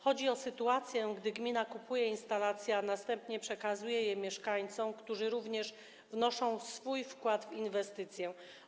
Chodzi o sytuację, gdy gmina kupuje instalacje, a następnie przekazuje je mieszkańcom, którzy również wnoszą swój wkład w inwestycję.